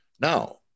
Now